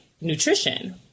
nutrition